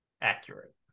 accurate